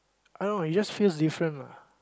I don't know it just feels different lah